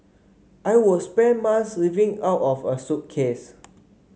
I would spend months living out of a suitcase